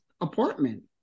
apartment